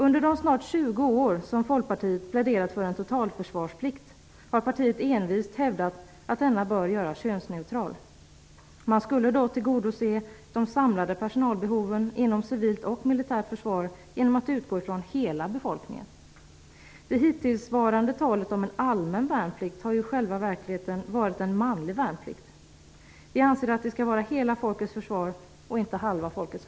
Under de snart 20 år som Folkpartiet pläderat för en totalförsvarsplikt har partiet envist hävdat att denna bör göras könsneutral. Då skulle man tillgodose de samlade personalbehoven inom civilt och militärt försvar genom att utgå från hela befolkningen. Det hittillsvarande talet om en allmän värnplikt har i själva verket varit en manlig värnplikt. Vi anser att det skall vara hela folkets försvar och inte halva folkets.